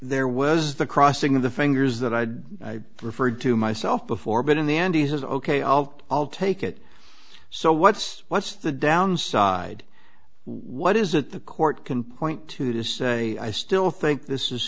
there was the crossing of the fingers that i had referred to myself before but in the end he says ok i'll vote i'll take it so what's what's the downside what is it the court can point to to say i still think this is